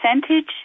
percentage